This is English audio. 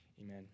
Amen